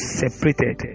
separated